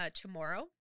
tomorrow